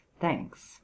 thanks